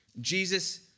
Jesus